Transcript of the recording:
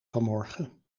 vanmorgen